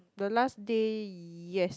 the last day yes